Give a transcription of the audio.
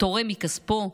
תורם מכספו,